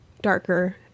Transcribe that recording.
darker